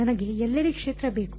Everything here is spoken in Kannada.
ನನಗೆ ಎಲ್ಲೆಡೆ ಕ್ಷೇತ್ರ ಬೇಕು